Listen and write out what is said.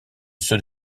ceux